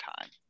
time